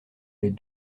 les